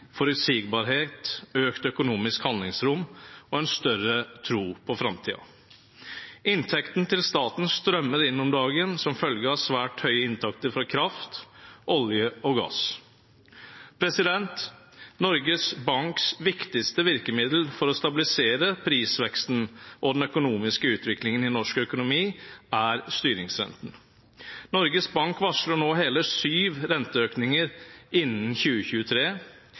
forutsigbarhet, økt økonomisk handlingsrom og en større tro på framtiden. Inntektene til staten strømmer inn om dagen som følge av svært høye inntekter fra kraft, olje og gass. Norges Banks viktigste virkemiddel for å stabilisere prisveksten og den økonomiske utviklingen i norsk økonomi er styringsrenten. Norges Bank varsler nå hele syv renteøkninger innen 2023